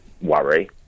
worry